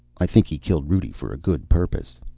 i think he killed rudi for a good purpose.